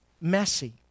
messy